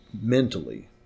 mentally